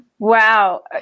wow